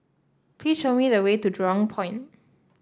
please show me the way to Jurong Point